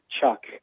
Chuck